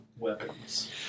Weapons